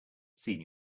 seen